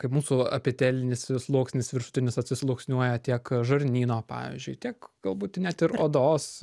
kai mūsų epitelinis sluoksnis viršutinis atsisluoksniuoja tiek žarnyno pavyzdžiui tiek galbūt net ir odos